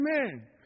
Amen